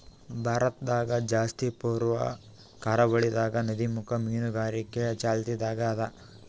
ಭಾರತದಾಗ್ ಜಾಸ್ತಿ ಪೂರ್ವ ಕರಾವಳಿದಾಗ್ ನದಿಮುಖ ಮೀನುಗಾರಿಕೆ ಚಾಲ್ತಿದಾಗ್ ಅದಾ